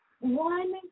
One